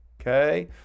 okay